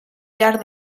llarg